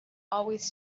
always